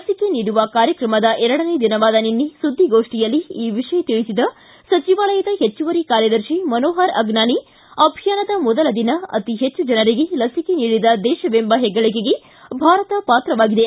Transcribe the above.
ಲಿಸಿಕೆ ನೀಡುವ ಕಾರ್ಯಕ್ರಮದ ಎರಡನೇ ದಿನವಾದ ನಿನ್ನೆ ಸುದ್ದಿಗೋಷ್ಠಿಯಲ್ಲಿ ಈ ವಿಷಯ ತಿಳಿಸಿದ ಸಚಿವಾಲಯದ ಹೆಚ್ಚುವರಿ ಕಾರ್ಯದರ್ತಿ ಮನೋಹರ್ ಅಗ್ನಾನಿ ಅಭಿಯಾನದ ಮೊದಲ ದಿನ ಅತಿ ಹೆಚ್ಚು ಜನರಿಗೆ ಲಸಿಕೆ ನೀಡಿದ ದೇಶವೆಂಬ ಹೆಗ್ಗಳಿಕೆಗೆ ಭಾರತ ಪಾತ್ರವಾಗಿದೆ